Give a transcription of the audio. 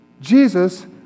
Jesus